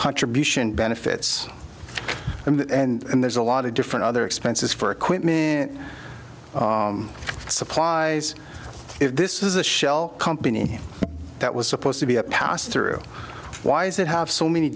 contribution benefits and there's a lot of different other expenses for equipment supplies if this is a shell company that was supposed to be a pass through why is it have so many